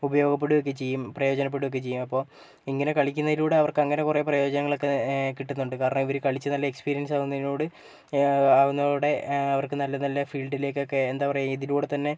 ഉപയോഗപ്പെടുകയൊക്കെ ചെയ്യും പ്രയോജനപ്പെടുകയൊക്കെ ചെയ്യും അപ്പോൾ ഇങ്ങനെ കളിക്കുന്നതിലൂടെ അവർക്ക് അങ്ങനെ കുറെ പ്രയോജനങ്ങൾ ഒക്കെ കിട്ടുന്നുണ്ട് കാരണം ഇവരെ കളിച്ച് നല്ല എക്സ്പീരിയൻസ് ആവുന്നതിനോട് ആവുന്നതോടെ അവർക്ക് നല്ല നല്ല ഫീൽഡിലേക്ക് ഒക്കെ എന്താ പറയാ ഇതിലൂടെ തന്നെ